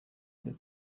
kuri